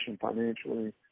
financially